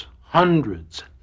hundreds